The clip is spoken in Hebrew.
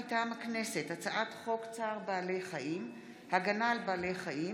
מטעם הכנסת: הצעת חוק צער בעלי חיים (הגנה על בעלי חיים)